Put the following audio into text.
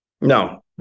No